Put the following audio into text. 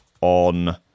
on